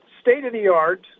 state-of-the-art